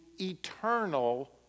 eternal